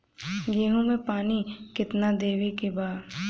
गेहूँ मे पानी कितनादेवे के बा?